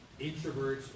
introverts